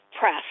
press